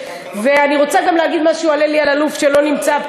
מילא אנחנו בעונש,